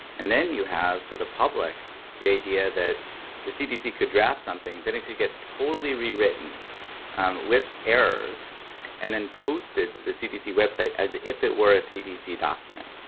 and then you have for the public the idea that the cdc could draft something, then it could get totally rewritten with errors and then posted to the cdc website as if it were a cdc document.